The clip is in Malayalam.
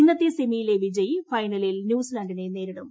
ഇന്നത്തെ സെമിയിലെ വിജയി ഫൈനലിൽ ന്യൂസിലാന്റിനെ നേരിടും